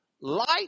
light